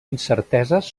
incerteses